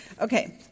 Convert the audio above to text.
Okay